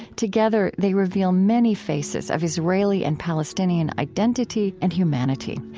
together they reveal many faces of israeli and palestinian identity and humanity.